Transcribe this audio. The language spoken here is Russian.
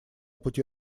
пути